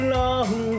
long